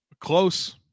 Close